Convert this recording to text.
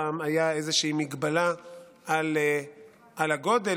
פעם הייתה איזה מגבלה על הגודל,